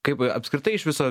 kaip apskritai iš viso